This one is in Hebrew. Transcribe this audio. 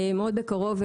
מאוד בקרוב,